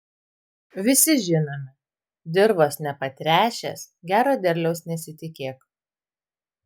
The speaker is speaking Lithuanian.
visi žinome dirvos nepatręšęs gero derliaus nesitikėk